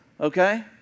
okay